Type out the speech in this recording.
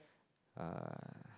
uh